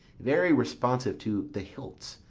very responsive to the hilts,